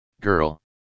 girl